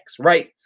right